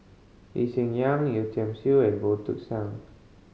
Lee Hsien Yang Yeo Tiam Siew and Goh Took Sang